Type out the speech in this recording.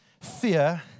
fear